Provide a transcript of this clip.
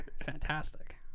fantastic